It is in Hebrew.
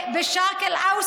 את מצטטת את, בא-שרק אל-אווסט.